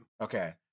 Okay